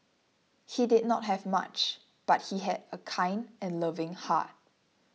he did not have much but he had a kind and loving heart